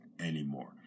anymore